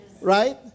right